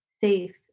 safe